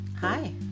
Hi